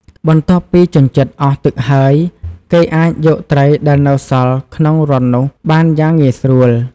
បន្ទាប់ពីជញ្ជាត់អស់ទឹកហើយ គេអាចយកត្រីដែលនៅសល់ក្នុងរន្ធនោះបានយ៉ាងងាយស្រួល។